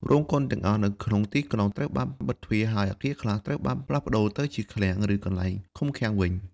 រោងកុនទាំងអស់ នៅក្នុងទីក្រុងត្រូវបានបិទទ្វារ ហើយអាគារខ្លះត្រូវបានផ្លាស់ប្តូរទៅជាឃ្លាំង ឬកន្លែងឃុំឃាំងវិញ។